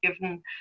given